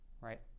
right